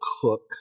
cook